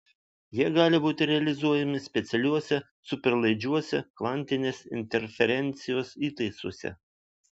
jie gali būti realizuojami specialiuose superlaidžiuose kvantinės interferencijos įtaisuose